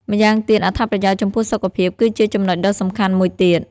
ម្យ៉ាងទៀត អត្ថប្រយោជន៍ចំពោះសុខភាព គឺជាចំណុចដ៏សំខាន់មួយទៀត។